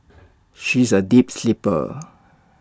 she is A deep sleeper